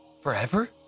Forever